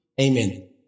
Amen